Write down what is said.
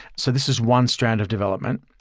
so this is one strand of development.